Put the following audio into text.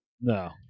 No